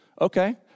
Okay